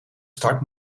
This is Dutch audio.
start